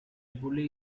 bully